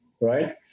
right